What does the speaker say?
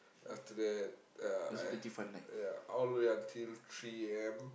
after that uh I ya all the way until three A_M